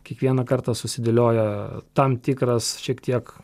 kiekvieną kartą susidėliojo tam tikras šiek tiek